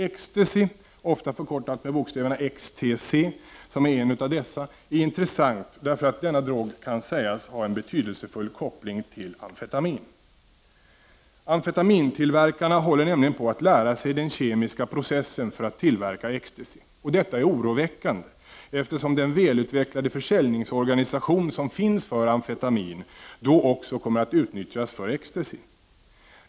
Ecstasy, ofta förkortat med bokstäverna XTC, som är en av dessa, är intressant, därför att denna drog kan sägas ha en betydelsefull koppling till amfetamin. Amfetamintillverkarna håller nämligen på att lära sig den kemiska processen för att tillverka Ecstasy. Detta är oroväckande, eftersom den välutvecklade försäljningsorganisation som finns för amfetamin då också kommer att utnyttjas för Ecstasy.